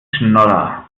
schnodder